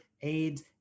AIDS